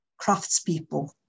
craftspeople